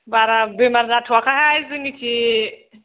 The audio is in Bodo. बारा बेमार जाथ'वाखैहाय जोंनिथिं